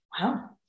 Wow